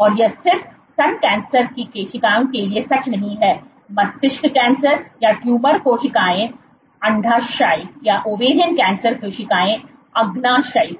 और यह सिर्फ स्तन कैंसर की कोशिकाओं के लिए सच नहीं है मस्तिष्क कैंसर या ट्यूमर कोशिकाओं अंडाशय कैंसर कोशिकाओं अग्नाशय